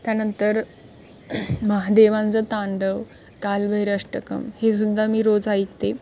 त्यानंतर महादेवांचं तांडव कालभैरव अष्टकं हे सुद्धा मी रोज ऐकते